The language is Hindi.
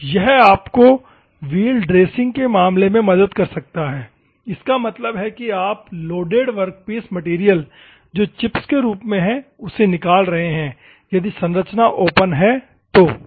यह आपको व्हील ड्रेसिंग के मामले में मदद कर सकता है इसका मतलब है कि आप लोडेड वर्कपीस मैटेरियल जो चिप्स के रूप में है उसे निकाल रहे हैं यदि संरचना open है तो ठीक है